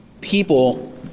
people